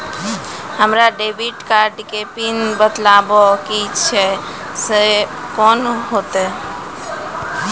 हमरा debit card के PIN बदलबावै के छैं से कौन होतै?